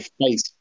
face